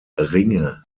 ringe